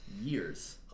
years